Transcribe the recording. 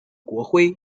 国徽